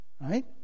Right